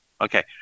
Okay